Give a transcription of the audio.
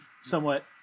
somewhat